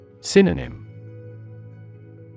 Synonym